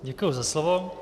Děkuji za slovo.